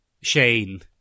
Shane